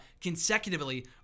consecutively